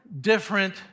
different